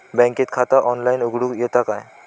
बँकेत खाता ऑनलाइन उघडूक येता काय?